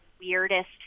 weirdest